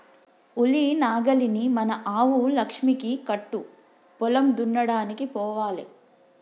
ఉలి నాగలిని మన ఆవు లక్ష్మికి కట్టు పొలం దున్నడానికి పోవాలే